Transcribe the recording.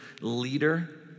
leader